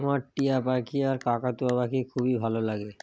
আমার টিয়া পাখি আর কাকাতুয়া পাখি খুবই ভালো লাগে